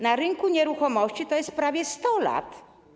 Na rynku nieruchomości to jest prawie 100 lat.